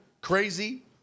crazy